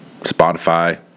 Spotify